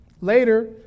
later